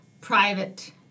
private